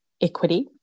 equity